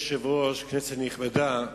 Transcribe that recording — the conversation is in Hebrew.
אדוני היושב-ראש, כנסת נכבדה,